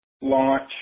launch